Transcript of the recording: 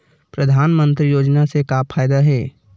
परधानमंतरी योजना से का फ़ायदा हे?